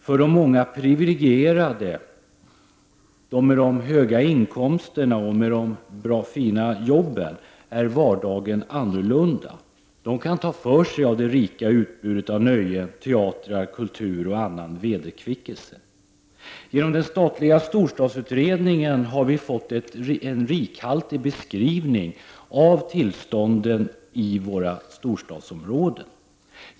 För de många privilegierade, de med de höga inkomsterna och med de fina jobben, är vardagen annorlunda. De kan ta för sig av det rika utbudet av nöjen, teater, kultur och annan vederkvickelse. Genom den statliga storstadsutredningen har vi fått en rikhaltig beskrivning av tillståndet i våra storstadsområden.